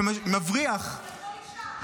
שמבריח --- אני אישה,